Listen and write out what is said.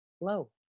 low